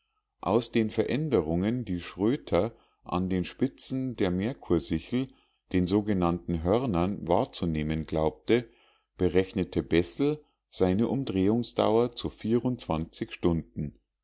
aus den veränderungen die schröter an den spitzen der merkursichel den sogenannten hörnern wahrzunehmen glaubte berechnete bessel seine umdrehungsdauer zu stunden